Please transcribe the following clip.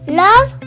love